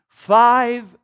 Five